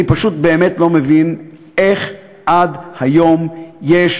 אני פשוט באמת לא מבין איך עד היום יש